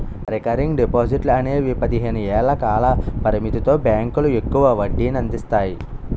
recurring డిపాజిట్లు అనేవి పదిహేను ఏళ్ల కాల పరిమితితో బ్యాంకులు ఎక్కువ వడ్డీనందిస్తాయి